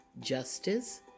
Justice